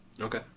Okay